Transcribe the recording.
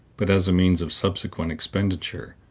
but as a means of subsequent expenditure,